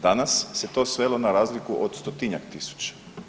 Danas se to svelo na razliku od 100-tinjak tisuća.